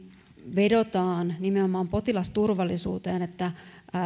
vedotaan nimenomaan potilasturvallisuuteen että